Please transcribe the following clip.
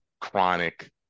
chronic